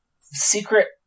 secret